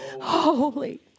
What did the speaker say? holy